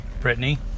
Brittany